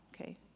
okay